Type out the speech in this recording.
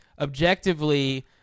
objectively